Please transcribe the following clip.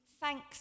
thanks